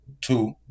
Two